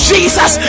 Jesus